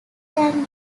can